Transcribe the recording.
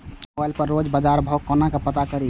Mobile पर रोज बजार भाव कोना पता करि?